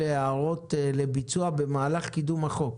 אלה הערות לביצוע במהלך קידום החוק.